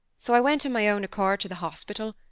so i went of my own accord to the hospital,